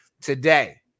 today